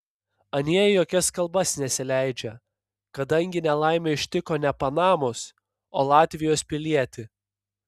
anie į jokias kalbas nesileidžia kadangi nelaimė ištiko ne panamos o latvijos pilietį